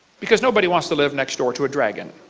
because nobody wants to live next door to a dragon.